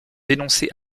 dénoncé